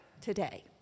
today